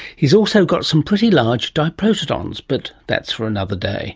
he's also got some pretty large diprotodons, but that's for another day